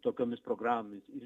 tokiomis programomis ir